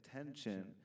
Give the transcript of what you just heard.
attention